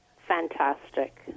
Fantastic